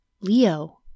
Leo